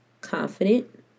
confident